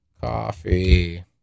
coffee